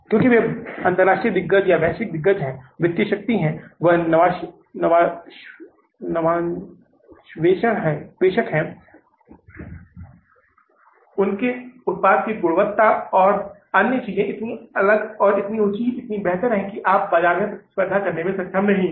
क्योंकि वे अंतरराष्ट्रीय दिग्गज या वैश्विक दिग्गज हैं वित्तीय शक्ति है वह नवान्वेषक है उनके उत्पाद की गुणवत्ता और अन्य चीजें इतनी अलग और इतनी ऊंची इतनी बेहतर हैं कि आप बाजार में प्रतिस्पर्धा करने में सक्षम नहीं हैं